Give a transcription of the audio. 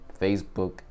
Facebook